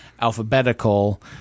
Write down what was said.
alphabetical